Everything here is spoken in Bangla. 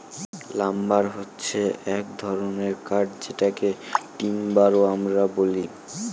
লাম্বার হছে এক ধরনের কাঠ যেটাকে টিম্বার ও আমরা বলি